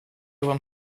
вам